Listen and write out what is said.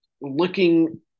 Looking